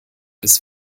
bis